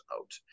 out